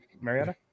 Marietta